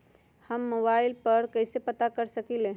हम मोबाइल पर कईसे पता कर सकींले?